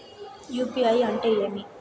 UPI అంటే ఏమి?